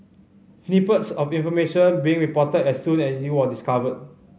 snippets of information being reported as soon as it was discovered